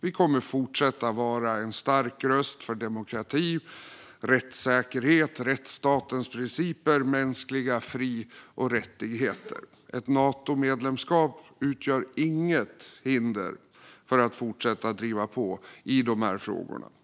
Vi kommer att fortsätta vara en stark röst för demokrati, rättssäkerhet, rättsstatens principer och mänskliga fri och rättigheter. Ett Natomedlemskap utgör inget hinder för att fortsätta driva på i de här frågorna.